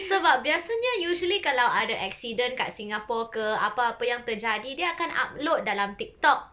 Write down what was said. sebab biasanya usually kalau ada accident kat singapore ke apa apa yang terjadi dia akan upload dalam TikTok